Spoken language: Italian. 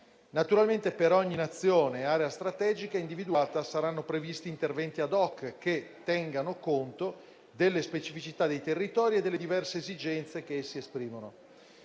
Naturalmente per ogni Nazione e area strategica individuata saranno previsti interventi *ad hoc* che tengano conto delle specificità dei territori e delle diverse esigenze che esse esprimono.